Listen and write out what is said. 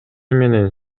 менен